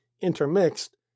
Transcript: intermixed